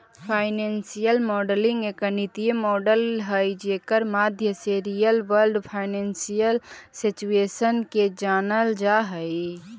financial modelling एक गणितीय model हई जेकर माध्यम से रियल वर्ल्ड फाइनेंशियल सिचुएशन के जानल जा हई